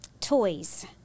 Toys